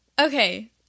Okay